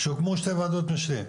שהוקמו שתי ועדות משנה.